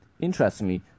Interestingly